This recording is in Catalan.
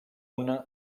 una